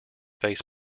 face